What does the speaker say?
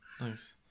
Nice